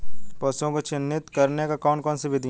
पशुओं को चिन्हित करने की कौन कौन सी विधियां हैं?